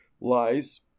lies